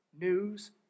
news